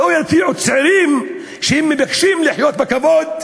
לא ירתיעו צעירים שמבקשים לחיות בכבוד,